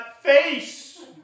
face